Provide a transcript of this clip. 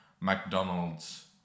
McDonald's